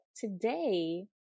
today